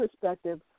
perspective